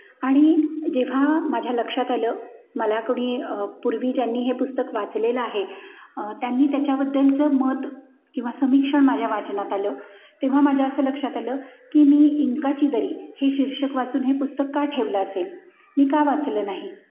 आणि जेव्हा माझ्या लक्षात आलं मला कोणी पूर्वी ज्यांनी हे पुस्तक वाचलेलं आहे त्यांनी त्याच्याबद्दलचं मत किंवा समीक्षण माझ्या वाचनात आलं तेव्हा माझ्या असं लक्षात आलं की मी इंकाची दरी हे शीर्षक वाचून हे पुस्तक का ठेवलं असेल मी का वाचलं नाही